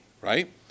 right